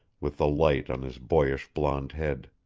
with the light on his boyish blond head.